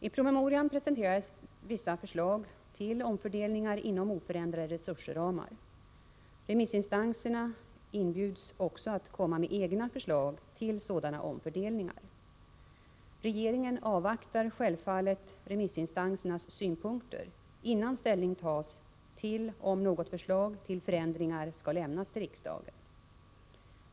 I promemorian presenteras vissa förslag till omfördelningar inom oförändrade resursramar. Remissinstanserna inbjuds också att komma med egna förslag till sådana omfördelningar. Regeringen avvaktar självfallet remissinstansernas synpunkter innan ställning tas till om något förslag till förändringar skall lämnas till riksdagen.